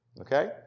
Okay